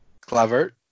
Clever